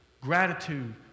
gratitude